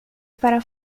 para